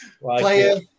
Player